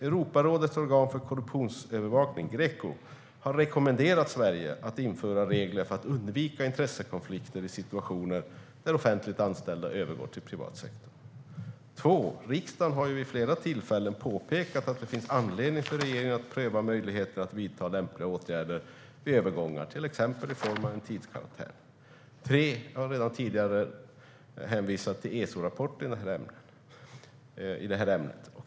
Europarådets organs organ för korruptionsövervakning, Greco, har rekommenderat Sverige att införa regler för att undvika intressekonflikter i situationer där offentligt anställda övergår till privat sektor. Riksdagen har vid flera tillfällen påpekat att det finns anledning för regeringen att pröva möjligheten att vidta lämpliga åtgärder vid övergångar, till exempel i form av en tidskarantän. Jag har redan tidigare hänvisat till ESO-rapporten i det här ämnet.